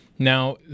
Now